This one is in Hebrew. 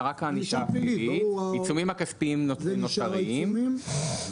העיצומים הכספיים נותרים,